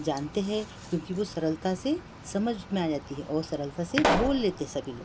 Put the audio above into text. जानते हैं क्योंकि वो सरलता से समझ में आ जाती है और सरलता से बोल लेते हैं सभी लोग